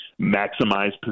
maximize